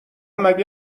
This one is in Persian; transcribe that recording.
مگه